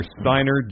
Steiner